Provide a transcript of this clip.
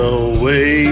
away